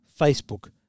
Facebook